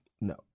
No